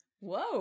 Whoa